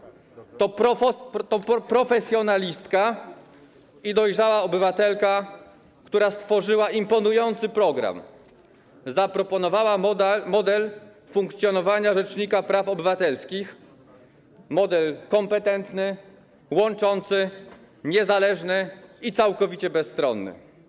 Pani mecenas to profesjonalistka i dojrzała obywatelka, która stworzyła imponujący program, zaproponowała model funkcjonowania rzecznika praw obywatelskich, model kompetentny, łączący, niezależny i całkowicie bezstronny.